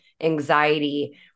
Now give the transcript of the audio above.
anxiety